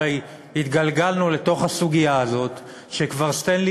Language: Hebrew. הרי התגלגלנו לתוך הסוגיה הזאת כשסטנלי